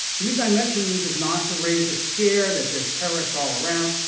the reason i mention these is not to raise a scare that there's terrorists all around,